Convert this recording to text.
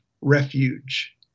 Refuge